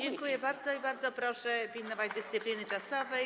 Dziękuję bardzo i bardzo proszę przestrzegać dyscypliny czasowej.